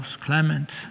Clement